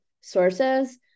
sources